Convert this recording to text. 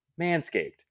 Manscaped